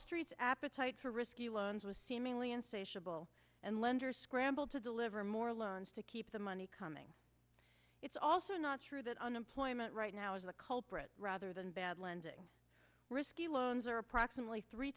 street's appetite for risky loans was seemingly insatiable and lenders scrambled to deliver more loans to keep the money coming it's also not true that unemployment right now is the culprit rather than bad lending risky loans are approximately three